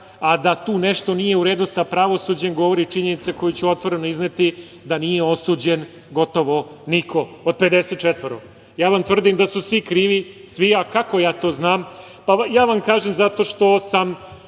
evra. Da tu nešto nije u redu sa pravosuđem govori činjenica koju ću otvoreno izneti da nije osuđen gotovo niko od 54. Ja vam tvrdim da su svi krivi, svi. Kako ja to znam? Ja vam kažem zato što sam